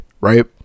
right